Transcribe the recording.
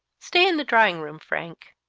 stay in the drawing-room, frank.